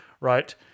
right